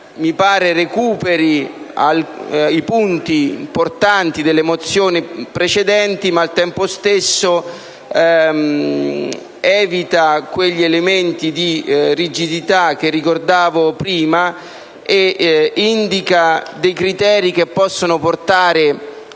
mi pare recuperi i punti importanti delle mozioni precedenti, evitando, al tempo stesso, quegli elementi di rigidità che ricordavo prima. Essa indica dei criteri che possono portare